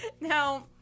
Now